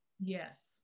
Yes